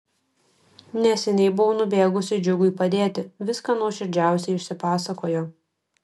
neseniai buvau nubėgusi džiugui padėti viską nuoširdžiausiai išsipasakojo